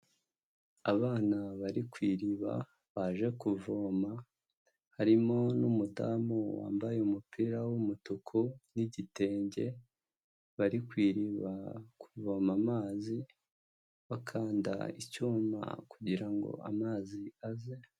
Abana bari ku iriba baje kuvoma harimo n'umudamu wambaye umupira w'umutuku n'igitenge bari ku iriba kuvoma amazi bakanda icyuma kugirango ngo amazi aze.